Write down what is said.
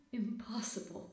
impossible